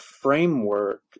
framework